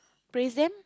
praise them